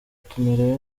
tumerewe